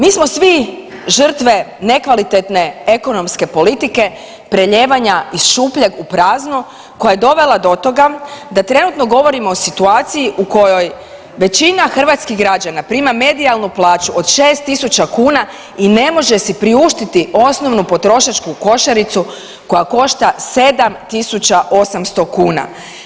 Mi smo svi žrtve nekvalitetne ekonomske politike, prelijevanja iz šupljeg u prazno koja je dovela do toga da trenutno govorimo o situaciji u kojoj većina hrvatskih građana prima medijalnu plaću od 6.000 kuna i ne može si priuštiti osnovnu potrošačku košaricu koja košta 7.800 kuna.